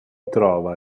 trova